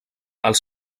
els